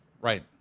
Right